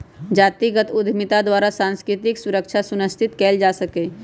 जातिगत उद्यमिता द्वारा सांस्कृतिक सुरक्षा सुनिश्चित कएल जा सकैय